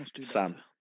Sam